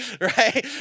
right